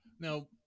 Now